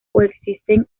coexisten